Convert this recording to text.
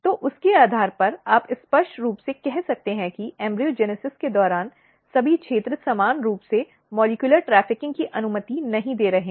तो उसके आधार पर आप स्पष्ट रूप से कह सकते हैं कि भ्रूणजनन के दौरान सभी क्षेत्र समान रूप से मॉलिक्यूलर ट्रैफिकिंग की अनुमति नहीं दे रहे हैं